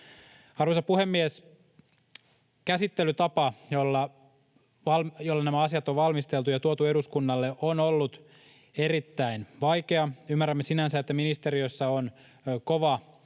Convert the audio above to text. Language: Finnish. Arvoisa puhemies! Käsittelytapa, jolla nämä asiat on valmisteltu ja tuotu eduskunnalle, on ollut erittäin vaikea. Ymmärrämme sinänsä, että ministeriössä on kova